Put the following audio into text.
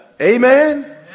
Amen